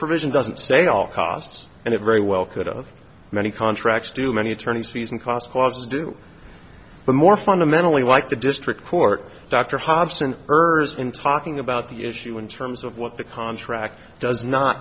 provision doesn't say all costs and it very well could of many contracts do many attorneys fees and cost causes do but more fundamentally like the district court dr hobson ers in talking about the issue in terms of what the contract does not